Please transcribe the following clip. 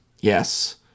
Yes